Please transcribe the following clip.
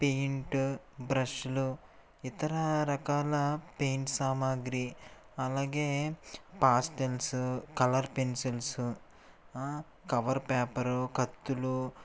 paint బ్రష్లు ఇతర రకాల పెయింట్ సామాగ్రీ అలాగే పాస్టెన్స్ తెలుసు కలర్ పెన్సిల్సు కవర్ పేపరు కత్తులు